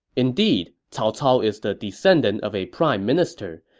indeed cao cao is the descendant of a prime minister,